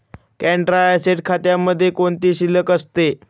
Contra asset खात्यामध्ये कोणती शिल्लक असते?